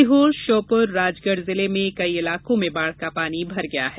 सीहोर ष्योपुर राजगढ़ जिले में कई इलाकों में बाढ का पानी भर गया है